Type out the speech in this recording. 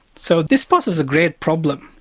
so this poses a great problem,